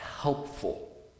helpful